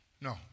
No